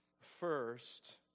first